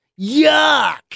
Yuck